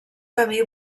camí